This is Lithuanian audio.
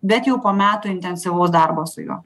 bet jau po metų intensyvaus darbo su juo